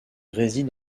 réside